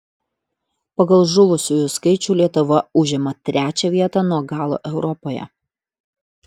pagal žuvusiųjų skaičių lietuva užima trečią vietą nuo galo europoje